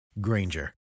Granger